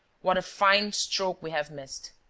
what a fine stroke we have missed!